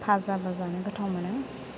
भाजाबो जानो गोथाव मोनो